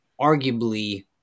arguably